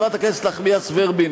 חברת הכנסת נחמיאס ורבין,